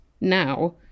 Now